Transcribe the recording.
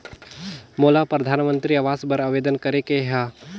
मोला परधानमंतरी आवास बर आवेदन करे के हा?